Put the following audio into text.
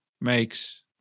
makes